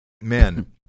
man